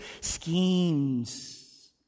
schemes